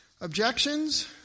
Objections